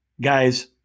Guys